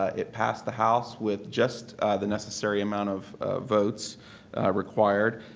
ah it passed the house with just the necessary amount of votes required.